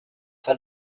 cent